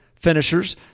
finishers